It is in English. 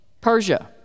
Persia